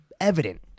evident